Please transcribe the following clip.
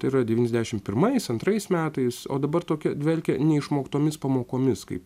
tai yra devyniasdešim pirmais antrais metais o dabar tokia dvelkia neišmoktomis pamokomis kaip